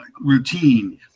routine